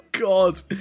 God